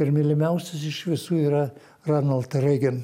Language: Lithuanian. ir mylimiausias iš visų yra ronald reigan